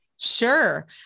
sure